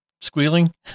squealing